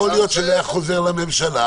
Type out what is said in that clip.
יכול להיות שזה היה חוזר לממשלה,